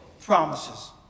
promises